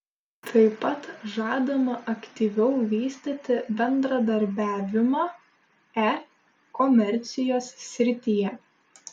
tai pat žadama aktyviau vystyti bendradarbiavimą e komercijos srityje